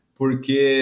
porque